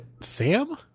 Sam